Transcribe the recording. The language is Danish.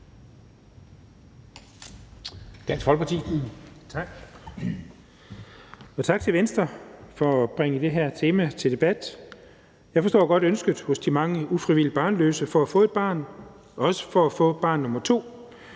Dahl (DF): Tak, og tak til Venstre for at bringe det her tema til debat. Jeg forstår godt ønsket hos de mange ufrivilligt barnløse for at få et barn, også for at få barn nr.